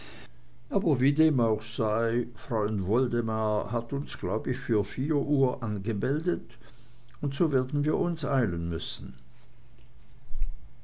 aber wie dem auch sei freund woldemar hat uns glaub ich für vier uhr angemeldet und so werden wir uns eilen müssen